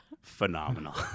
phenomenal